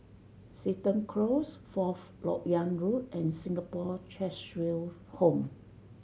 Seton Close Fourth Lok Yang Road and Singapore Cheshire Home